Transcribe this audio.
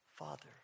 Father